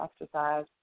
exercise